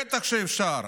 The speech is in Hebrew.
בטח שאפשר.